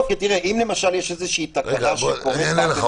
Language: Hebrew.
אם למשל יש איזושהי תקלה שקורית --- אני אענה לך,